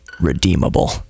redeemable